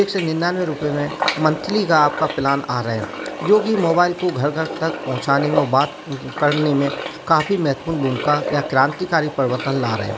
एक सौ निन्यानवे रूपये में मंथली का आपका प्लान आ रहे हैं जो की मोबाइल को घर घर तक पहुंचाने में और बात करने में काफी महत्वपूर्ण भूमिका या क्रांतिकारी परिवर्तन ला रहे हैं